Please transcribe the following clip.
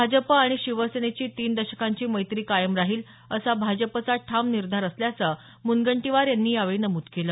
भाजप आणि शिवसेनेची तीन दशकांची मैत्री कायम राहील असा भाजपचा ठाम निर्धार असल्याचं मुनगंटीवार यांनी यावेळी नमूद केलं